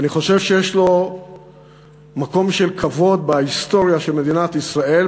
כי אני חושב שיש לו מקום של כבוד בהיסטוריה של מדינת ישראל,